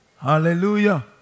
Hallelujah